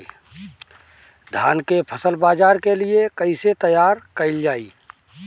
धान के फसल बाजार के लिए कईसे तैयार कइल जाए?